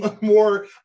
more